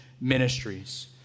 ministries